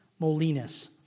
Molinas